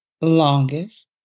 longest